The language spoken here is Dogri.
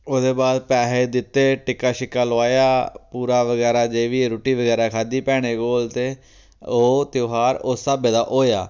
ओह्दे बाद पैहे दित्ते टिक्का छिक्का लुआया पूरा बगैरा जे बी रूट्टी बगैरा खाद्धी भैनें कोल ते ओह् त्यहार उस स्हाबें दा होएआ